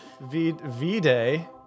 V-Day